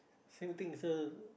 same thing so